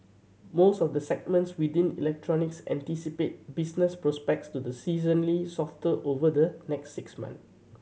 most of the segments within electronics anticipate business prospects to the seasonally softer over the next six months